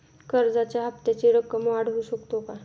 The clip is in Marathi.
कर्जाच्या हप्त्याची रक्कम वाढवू शकतो का?